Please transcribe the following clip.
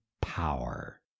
power